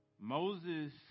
Moses